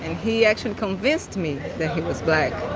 he actually convinced me that he was black